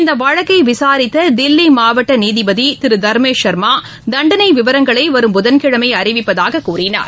இந்த வழக்கை விசாரித்த தில்லி மாவட்ட நீதிபதி திரு தர்மேஷ் ஷர்மா தண்டனை விவரங்களை வரும் புதன்கிழமை அறிவிப்பதாகக் கூறினார்